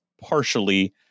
partially